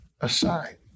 aside